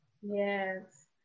yes